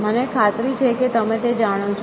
મને ખાતરી છે કે તમે તે જાણો છો